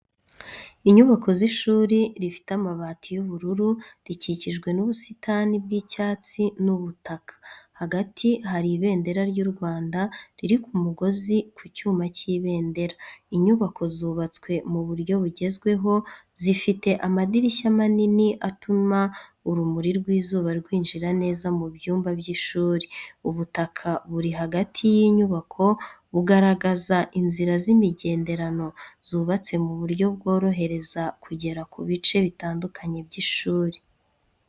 Inyubako z'ishuri rifite amabati y'ubururu, rikikijwe n’ubusitani bw’icyatsi n’ubutaka. Hagati hari ibendera ry’u Rwanda riri ku mugozi ku cyuma cy’ibendera. Inyubako zubatswe mu buryo bugezweho, zifite amadirishya manini atuma urumuri rw’izuba rwinjira neza mu byumba by’ishuri. Ubutaka buri hagati y’inyubako bugaragaza inzira z’imigenderano zubatse mu buryo bworohereza kugera mu bice bitandukanye by’ishuri.